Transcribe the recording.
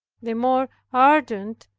the more ardent,